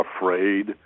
afraid